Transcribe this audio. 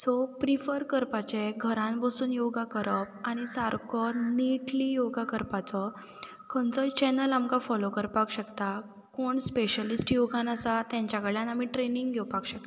so prefer करपाचें घरान बसून योगा करप आनी सारको निटली योगा करपाचो खंयचोय चॅनल आमकां फॉलो करपाक शकता कोण स्पॅशलिस्ट योगान आसा तेंच्या कडल्यान आमी ट्रेनींग घेवपाक शकता